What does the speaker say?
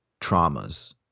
traumas